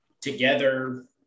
together